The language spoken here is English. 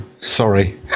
Sorry